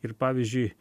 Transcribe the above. ir pavyzdžiui